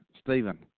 Stephen